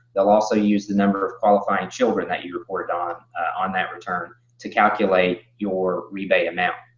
they'll also use the number of qualifying children that you reported on on that return to calculate your rebate amount.